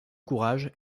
courage